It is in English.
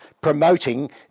promoting